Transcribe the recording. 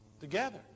together